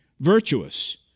virtuous